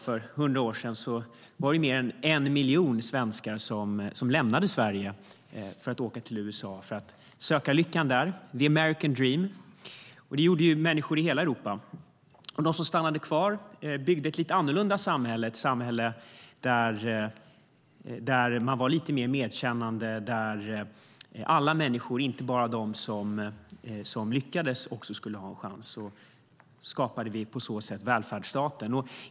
För 100 år sedan var det ju mer än en miljon svenskar som lämnade Sverige för att åka till USA och söka lyckan, the American dream. Det gjorde människor i hela Europa. De som stannade kvar byggde ett lite annorlunda samhälle, ett samhälle där man var lite mer medkännande och där alla människor, inte bara de som lyckades, också skulle ha en chans, och vi skapade på så sätt välfärdsstaten.